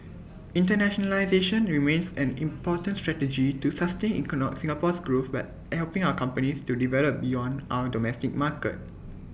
internationalisation remains an important strategy to sustain Singapore's growth by helping our companies to develop beyond our domestic market